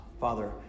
Father